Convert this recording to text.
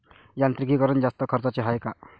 यांत्रिकीकरण जास्त खर्चाचं हाये का?